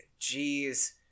jeez